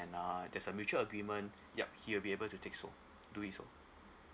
and uh there's a mutual agreement yup he'll be able to take so do it so